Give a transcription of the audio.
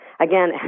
Again